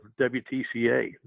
WTCA